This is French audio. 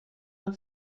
d’un